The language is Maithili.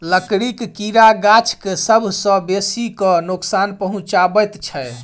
लकड़ीक कीड़ा गाछ के सभ सॅ बेसी क नोकसान पहुचाबैत छै